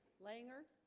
langer